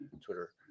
Twitter